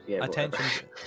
attention